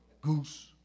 goose